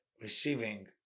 receiving